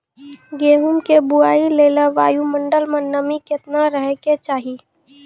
गेहूँ के बुआई लेल वायु मंडल मे नमी केतना रहे के चाहि?